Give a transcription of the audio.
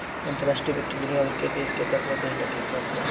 अंतर्राष्ट्रीय वित्त दुनिया भर के देस के कर्जा देहला के काम करेला